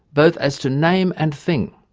both as to name and thing'.